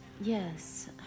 Yes